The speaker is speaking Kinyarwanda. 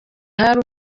hari